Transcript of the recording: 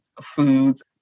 foods